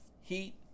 Heat